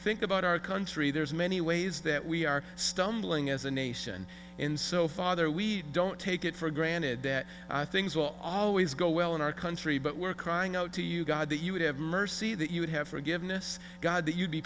think about our country there's many ways that we are stumbling as a nation in so father we don't take it for granted that things will always go well in our country but we're crying out to you god that you would have mercy that you would have forgiveness god that you'd be